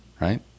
right